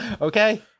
Okay